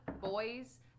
boys